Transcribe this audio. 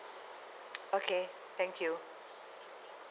okay thank you